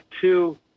two